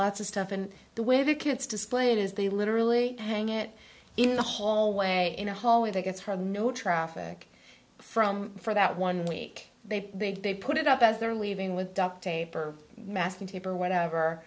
lots of stuff and the way the kids display it is they literally hang it in the hallway in a hallway that gets her no traffic from for that one week they think they put it up as they're leaving with duct tape or masking tape or whatever